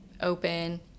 open